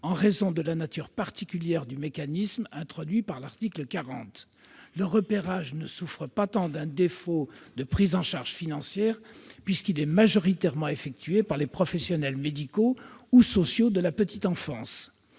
en raison de la nature particulière du mécanisme introduit par l'article 40. Le repérage souffre moins d'un défaut de prise en charge financière, puisqu'il est majoritairement effectué par les professionnels médicaux ou sociaux de la petite enfance,